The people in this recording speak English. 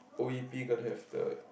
O_E_P gonna have the